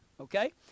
okay